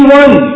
one